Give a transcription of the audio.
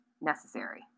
necessary